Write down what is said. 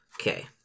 Okay